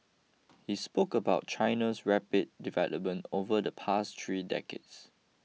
he spoke about China's rapid development over the past three decades